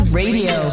radio